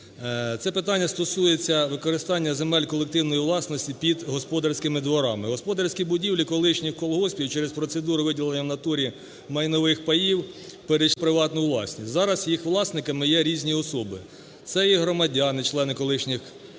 Це питання стосується використання земель колективної власності під господарськими дворами. Господарські будівлі колишніх колгоспів через процедуру виділення в натурі майнових паїв перейшли в приватну власність. Зараз їх власниками є різні особи: це і громадяни члени колишніх